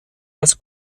als